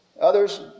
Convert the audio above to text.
Others